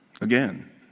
Again